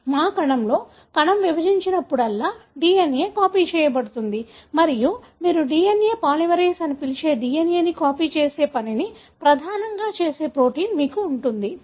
కాబట్టి మా కణంలో కణం విభజించినప్పుడల్లా DNA కాపీ చేయబడుతుంది మరియు మీరు DNA పాలిమరేస్ అని పిలిచే DNA ని కాపీ చేసే పనిని ప్రధానంగా చేసే ప్రోటీన్ మీకు ఉంటుంది